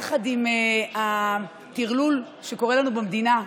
יחד עם הטרלול שקורה לנו במדינה,